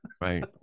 Right